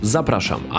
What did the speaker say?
Zapraszam